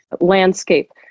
landscape